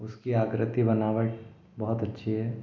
उसकी आकृति बनावट बहुत अच्छी है